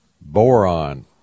boron